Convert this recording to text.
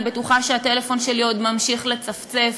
אני בטוחה שהטלפון שלי עוד ממשיך לצלצל,